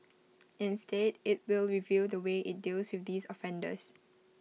instead IT will review the way IT deals with these offenders